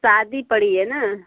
शादी पड़ी है ना